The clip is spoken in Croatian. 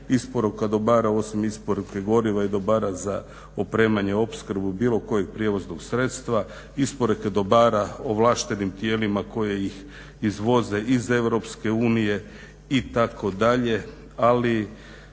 isporuka dobara osim isporuke goriva i dobara za opremanje, opskrbu bilo kojeg prijevoznog sredstva, isporuke dobara ovlaštenim tijelima koje ih izvoze iz Europske unije itd..